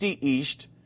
East